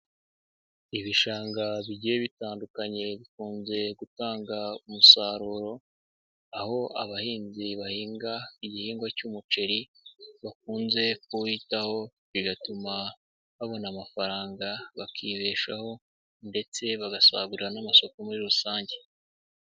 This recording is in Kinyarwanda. Ibishanga bigiye bitandukanye bikunze gutanga umusaruro aho abahinzi bahinga igihingwa cy'umuceri bakunze kuwitaho bigatuma babona amafaranga bakibeshaho ndetse bagasagura n'amasoko muri rusange.